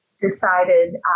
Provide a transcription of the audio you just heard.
decided